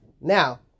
Now